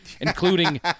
including